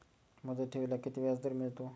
मुदत ठेवीला किती व्याजदर मिळतो?